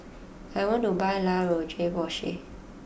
I want to buy La Roche Porsay